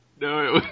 No